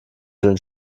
pillen